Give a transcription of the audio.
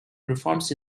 reforms